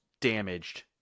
damaged